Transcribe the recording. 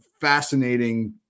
fascinating